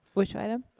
which item?